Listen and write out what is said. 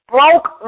Broke